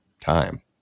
time